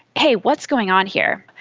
hey, what's going on here?